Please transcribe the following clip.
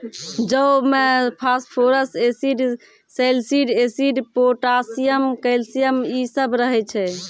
जौ मे phosphorus acid, salicylic acid, potassium, calcium इ सभ रहै छै